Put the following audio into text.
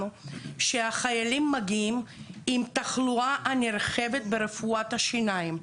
שהחיילים מגיעים עם תחלואה נרחבת ברפואת השיניים,